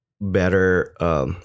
better